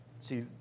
See